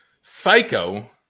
psycho